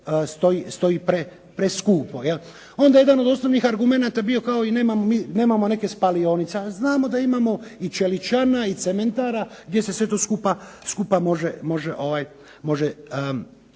stoji preskupo. Onda je jedan od osnovnih argumenata bio nemamo neke spalionice, a znamo da imamo i čeličana i cementara gdje se sve to skupa može spaliti.